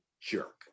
jerk